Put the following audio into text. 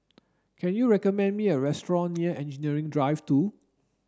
can you recommend me a restaurant near Engineering Drive two